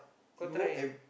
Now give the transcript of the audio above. go try